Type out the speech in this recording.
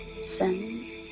sins